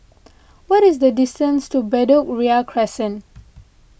what is the distance to Bedok Ria Crescent